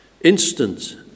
Instant